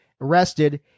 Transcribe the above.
arrested